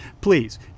please